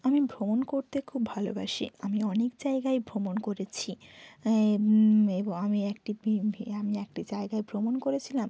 আমি ভ্রমণ করতে খুব ভালোবাসি আমি অনেক জায়গায় ভ্রমণ করেছি আমি একটি আমি একটি জায়গায় ভ্রমণ করেছিলাম